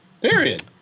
Period